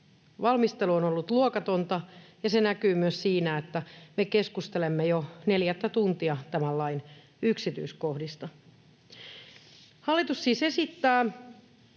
Valmistelu on ollut luokatonta, ja se näkyy myös siinä, että me keskustelemme jo neljättä tuntia tämän lain yksityiskohdista. Hallitus siis esittää,